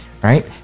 Right